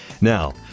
Now